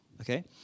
okay